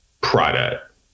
product